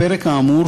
הפרק האמור,